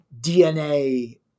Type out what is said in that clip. DNA